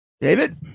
David